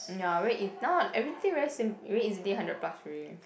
mm ya very e~ now everything very sim~ very easily hundred plus already